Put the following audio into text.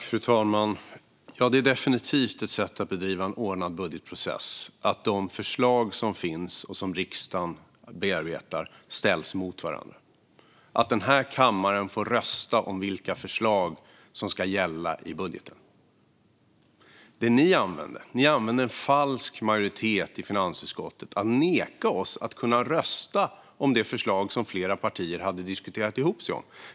Fru talman! Ja, det är definitivt ett sätt att bedriva en ordnad budgetprocess - att de förslag som finns och som riksdagen bearbetar ställs mot varandra och att denna kammare får rösta om vilka förslag som ska gälla i budgeten. Ni använde en falsk majoritet i finansutskottet för att neka oss att rösta om det förslag som flera partier hade diskuterat ihop sig om.